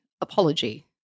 apology